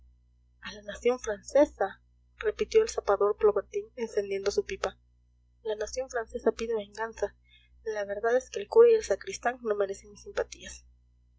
a la nación francesa repitió el zapador plobertin encendiendo su pipa la nación francesa pide venganza la verdad es que el cura y el sacristán no merecen mis simpatías